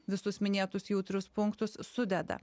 visus minėtus jautrius punktus sudeda